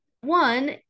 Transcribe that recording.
one